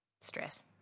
Stress